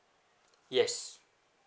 yes